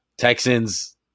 Texans